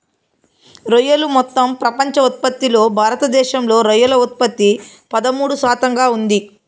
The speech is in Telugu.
రొయ్యలు మొత్తం ప్రపంచ ఉత్పత్తిలో భారతదేశంలో రొయ్యల ఉత్పత్తి పదమూడు శాతంగా ఉంది